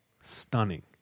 stunning